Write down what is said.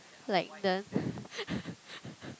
like the